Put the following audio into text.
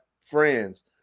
friends